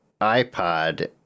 iPod